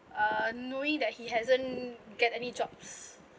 uh knowing that he hasn't get any jobs